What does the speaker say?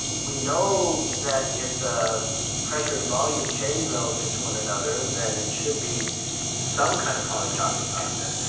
we know that if the pressure and volume change relative to one another then it should be some kind of polytropic process,